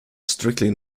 strictly